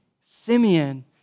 Simeon